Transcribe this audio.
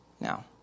Now